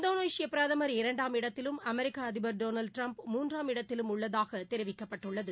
Indonesia பிரதமர் இரண்டாம் இடத்திலும் அமெரிக்க அதிபர் டொனாவ்ட் டிரம்ப் மூன்றாம் இடத்திலும் உள்ளதாக தெரிவிக்கப்பட்டுள்ளது